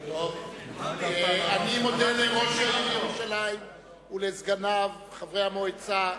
אני מודה לראש העיר ירושלים ולסגניו, חברי המועצה,